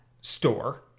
store